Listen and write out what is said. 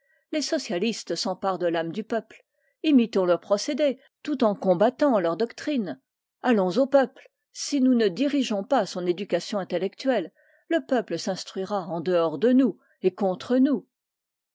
les socialistes s'emparent de l'âme du peuple imitons leurs procédés tout en combattant leur doctrine allons au peuple si nous ne dirigeons pas son éducation intellectuelle il s'instruira en dehors de nous et contre nous